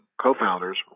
co-founders